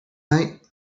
night